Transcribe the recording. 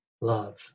love